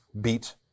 beat